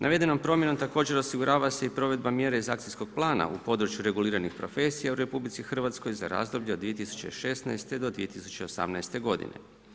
Navedenom promjenom također osigurava se i provedba mjere iz akcijskog plana iz područja reguliranih profesija u RH za razdoblje od 2016. do 2018. godine.